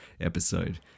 episode